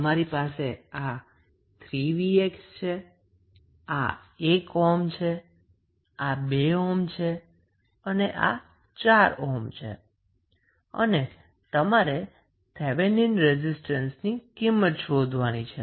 તમારી પાસે આ 3𝑣𝑥 છે આ 1 ઓહ્મ છે આ 2 ઓહ્મ છે અને આ 4 ઓહ્મ છે અને તમારે થેવેનિન રેઝિસ્ટન્સની કિંમત શોધવાની છે